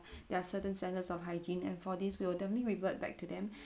their certain standards of hygiene and for this we'll definitely revert back to them